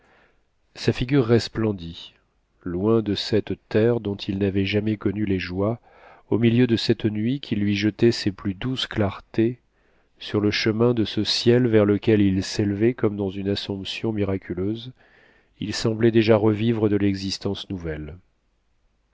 sa figure resplendit loin de cette terre dont il n'avait jamais connu les joies au milieu de cette nuit qui lui jetait ses plus douces clartés sur le chemin de ce ciel vers lequel il s'élevait comme dans une assomption miraculeuse il semblait déjà revivre de l'existence nouvelle